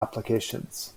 applications